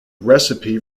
recipe